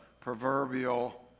proverbial